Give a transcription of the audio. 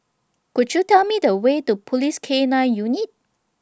Could YOU Tell Me The Way to Police K nine Unit